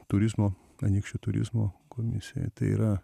turizmo anykščių turizmo komisijoje tai yra